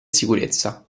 sicurezza